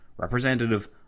representative